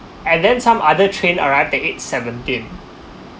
and then some other train arrived at eight seventeen